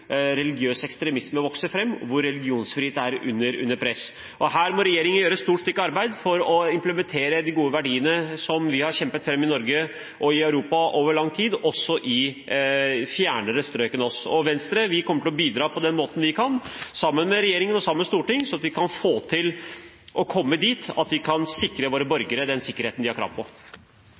religionsfrihet er under press. Her må regjeringen gjøre et stort stykke arbeid for å implementere de gode verdiene som vi har kjempet fram i Norge og i Europa over lang tid, også i fjernere strøk enn våre. Vi i Venstre kommer til å bidra på den måten vi kan, sammen med regjeringen og Stortinget, slik at vi kan komme dit at vi sikrer våre borgere den sikkerheten de har krav på.